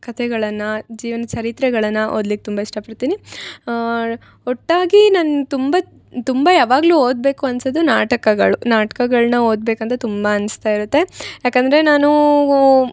ಕತೆಗಳನ್ನು ಜೀವ್ನ ಚರಿತ್ರೆಗಳನ್ನು ಓದ್ಲಿಕ್ಕೆ ತುಂಬ ಇಷ್ಟ ಪಡ್ತೀನಿ ಒಟ್ಟಾಗಿ ನಾನು ತುಂಬ ತುಂಬ ಯಾವಾಗಲೂ ಓದಬೇಕು ಅನ್ಸದು ನಾಟಕಗಳು ನಾಟ್ಕಗಳನ್ನು ಓದಬೇಕಂತ ತುಂಬ ಅನ್ಸ್ತಾ ಇರುತ್ತೆ ಯಾಕಂದರೆ ನಾನು